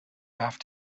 have